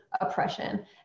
oppression